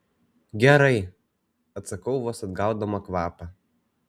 gerai atsakau vos atgaudama kvapą